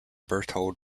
berthold